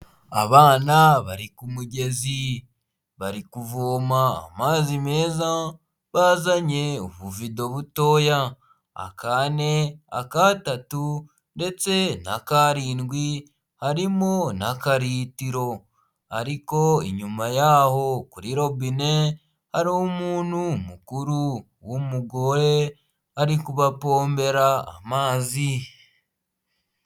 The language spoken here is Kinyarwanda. Abana bari ku mugezi; bari kuvoma amazi meza; bazanye ubuvido butoya akane; akatatu ndetse n'akarindwi harimo na karitiro, ariko inyuma y'aho kuri robine hari umuntu mukuru w'umugore ari kubapombera amazi.